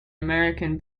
american